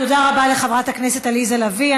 תודה רבה לחברת הכנסת עליזה לביא.